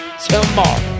tomorrow